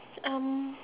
um